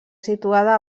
situada